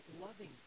loving